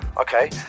Okay